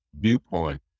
viewpoint